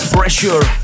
Pressure